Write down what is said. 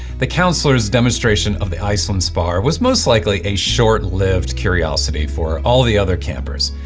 the counselor's demonstration of the iceland spar was most likely a short-lived curiosity for all the other campers.